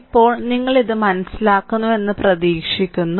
ഇപ്പോൾ നിങ്ങൾ ഇത് മനസ്സിലാക്കുന്നുവെന്ന് പ്രതീക്ഷിക്കുക